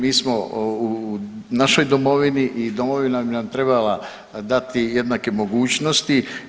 Mi smo u našoj Domovini i Domovina bi nam trebala dati jednake mogućnosti.